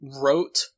wrote